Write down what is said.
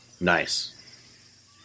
Nice